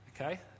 Okay